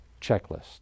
checklist